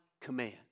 command